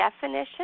definition